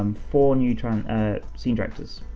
um four neutron scene directors.